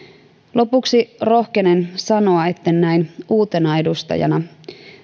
lopuksi rohkenen sanoa etten näin uutena edustajana